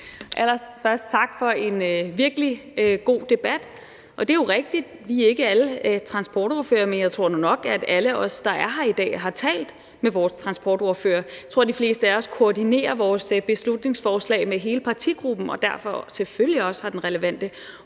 Allerførst tak for en virkelig god debat. Det er jo rigtigt, at vi ikke alle er transportordførere, men jeg tror nu nok, at alle vi, der er her i dag, har talt med vores transportordfører. Jeg tror, at de fleste af os koordinerer vores beslutningsforslag med hele partigruppen og derfor selvfølgelig også har den relevante